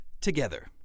together